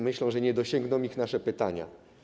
Myślą, że nie dosięgną ich nasze pytania.